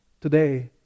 today